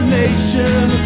nation